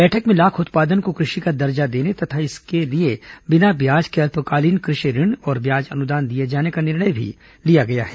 बैठक में लाख उत्पादन को कृषि का दर्जा देने तथा इसके लिए बिना ब्याज के अल्पकालीन कृषि ऋण और ब्याज अनुदान दिए जाने का निर्णय भी लिया गया है